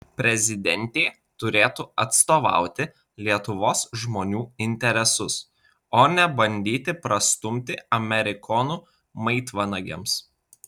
prezidentė turėtų atstovauti lietuvos žmonių interesus o ne bandyti prastumti amerikonų maitvanagiams